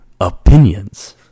opinions